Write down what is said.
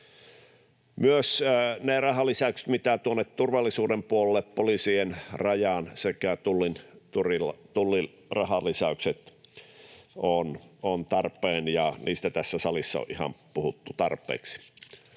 Myös rahalisäykset tuonne turvallisuuden puolelle, poliisien, Rajan sekä Tullin rahalisäykset, ovat tarpeen, ja niistä tässä salissa on puhuttu ihan tarpeeksi.